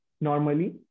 normally